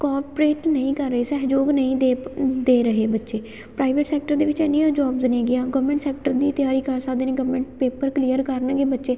cooperate ਨਹੀਂ ਕਰ ਰਹੇ ਸਹਿਯੋਗ ਨਹੀਂ ਦੇ ਪ ਦੇ ਰਹੇ ਬੱਚੇ ਪ੍ਰਾਈਵੇਟ ਸੈਕਟਰ ਦੇ ਵਿੱਚ ਇੰਨੀਆਂ ਜੋਬਜ਼ ਨੇ ਗੀਆਂ ਗੌਰਮੈਂਟ ਸੈਕਟਰ ਦੀ ਤਿਆਰੀ ਕਰ ਸਕਦੇ ਨੇ ਗੌਰਮੈਂਟ ਪੇਪਰ ਕਲੀਅਰ ਕਰਨਗੇ ਬੱਚੇ